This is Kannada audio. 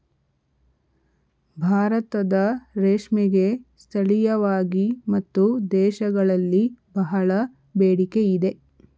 ಭಾರತದ ರೇಷ್ಮೆಗೆ ಸ್ಥಳೀಯವಾಗಿ ಮತ್ತು ದೇಶಗಳಲ್ಲಿ ಬಹಳ ಬೇಡಿಕೆ ಇದೆ